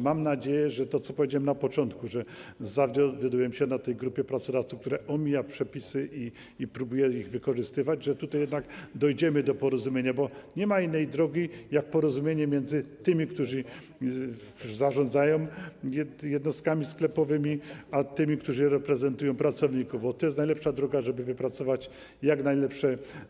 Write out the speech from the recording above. Mam nadzieję - powiedziałem na początku, że zawiodłem się na grupie pracodawców, która omija przepisy i próbuje je wykorzystywać - że tutaj jednak dojdziemy do porozumienia, bo nie ma innej drogi niż porozumienie między tymi, którzy zarządzają jednostkami sklepowymi, a tymi, którzy reprezentują pracowników, bo to jest najlepsza droga, żeby wypracować jak